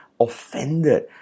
offended